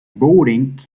boating